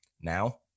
Now